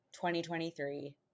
2023